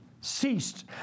ceased